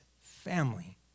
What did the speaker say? family